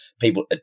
people